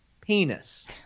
penis